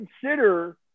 consider